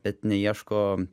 bet neieško